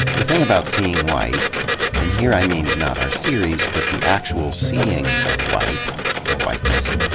the thing about seeing white and here i mean not our series but the actual seeing of white, of whiteness